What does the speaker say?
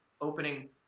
opening